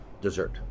dessert